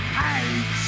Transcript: hate